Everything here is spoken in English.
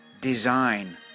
design